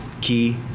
key